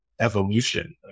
Evolution